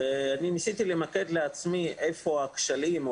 ניסיתי למקד לעצמי איפה הכשלים,